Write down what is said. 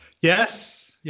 Yes